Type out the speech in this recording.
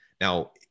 Now